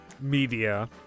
media